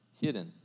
hidden